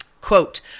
Quote